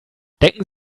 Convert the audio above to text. denken